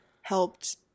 helped